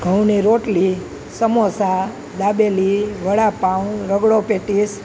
ઘઉની રોટલી સમોસાં દાબેલી વડા પાઉં રગડો પેટીસ